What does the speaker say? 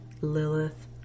Lilith